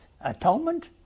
Atonement